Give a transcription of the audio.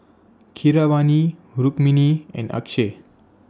Keeravani Rukmini and Akshay